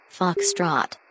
foxtrot